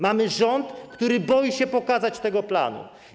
Mamy rząd, który boi się pokazać ten plan.